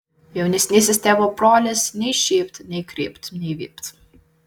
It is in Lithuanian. jaunesnysis tėvo brolis nei šypt nei krypt nei vypt